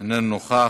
איננו נוכח.